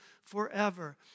forever